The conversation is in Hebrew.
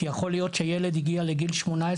כי יכול להיות שילד הגיע לגיל 18,